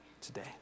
today